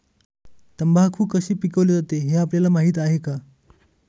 तंबाखू कशी पिकवली जाते हे आपल्याला माहीत आहे का?